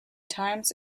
times